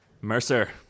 Mercer